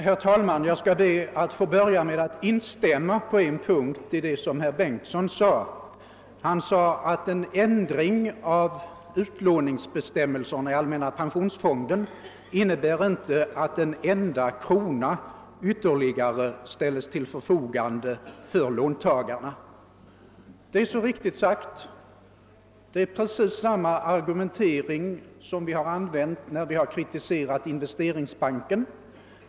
Herr talman! Jag skall börja med att instämma i vad herr Bengtsson i Landskrona sade på en punkt, nämligen att en ändring av utlåningsbestämmelserna för allmänna pensionsfonden inte skulle innebära att en enda krona ytterligare skulle komma att ställas till förfogande för låntagarna. — Det är så riktigt sagt; det är precis samma argumentering som vi har använt när vi har kritiserat Investeringsbanken.